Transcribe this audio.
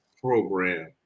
program